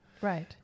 Right